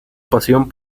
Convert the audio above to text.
pasión